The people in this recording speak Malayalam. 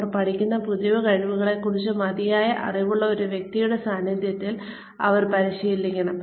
അവർ പഠിക്കുന്ന പുതിയ കഴിവുകളെക്കുറിച്ച് മതിയായ അറിവുള്ള ഒരു വ്യക്തിയുടെ സാന്നിധ്യത്തിൽ അവർ പരിശീലിക്കണം